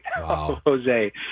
Jose